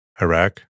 Iraq